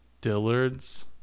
dillard's